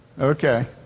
Okay